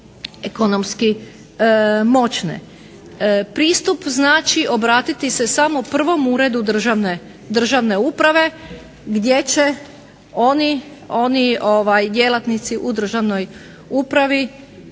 ekonomski moćne. Pristup znači obratiti se samo prvom uredu državne uprave gdje će oni djelatnici u državnoj upravi